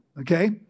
Okay